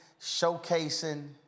showcasing